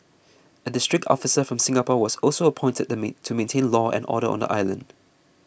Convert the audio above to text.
a district officer from Singapore was also appointed to maintain law and order on the island